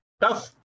tough